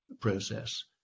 process